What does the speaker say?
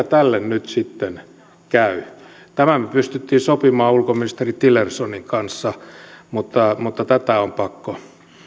tälle nyt sitten käy tämän me pystyimme sopimaan ulkoministeri tillersonin kanssa mutta mutta tätä on pakko